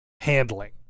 handling